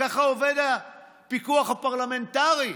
ככה עובד הפיקוח הפרלמנטרי.